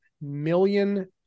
million